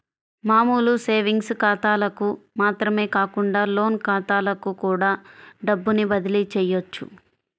మామూలు సేవింగ్స్ ఖాతాలకు మాత్రమే కాకుండా లోన్ ఖాతాలకు కూడా డబ్బుని బదిలీ చెయ్యొచ్చు